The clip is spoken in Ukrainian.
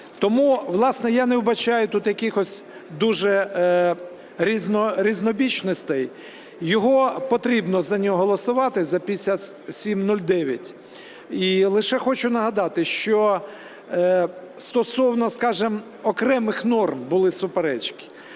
Тому, власне, я не вбачаю тут якихось дуже різнобічностей, потрібно за нього голосувати, за 5709. І лише хочу нагадати, що стосовно, скажімо, окремих норм були суперечки.